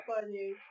funny